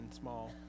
small